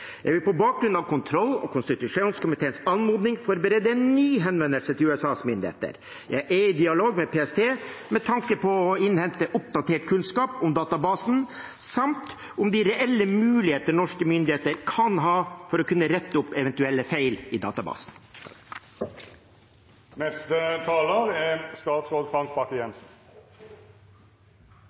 vil på bakgrunn av kontroll- og konstitusjonskomiteens anmodning forberede en ny henvendelse til USAs myndigheter. Jeg er i dialog med PST med tanke på å innhente oppdatert kunnskap om databasen samt om de reelle muligheter norske myndigheter kan ha for å kunne rette opp eventuelle feil i